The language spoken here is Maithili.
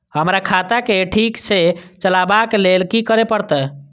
हमरा खाता क ठीक स चलबाक लेल की करे परतै